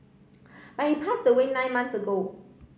but he passed away nine months ago